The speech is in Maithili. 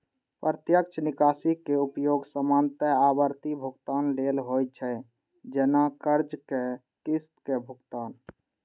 प्रत्यक्ष निकासी के उपयोग सामान्यतः आवर्ती भुगतान लेल होइ छै, जैना कर्जक किस्त के भुगतान